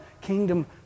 kingdom